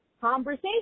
conversation